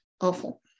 awful